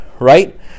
Right